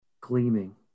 gleaming